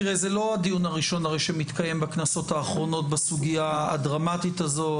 זה לא הדיון הראשון שמתקיים בכנסות האחרונות בסוגיה הדרמטית הזו.